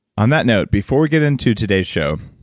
on that note, before we get into today's show,